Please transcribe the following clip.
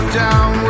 down